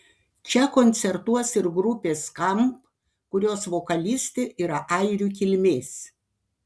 čia koncertuos ir grupė skamp kurios vokalistė yra airių kilmės